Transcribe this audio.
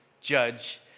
judge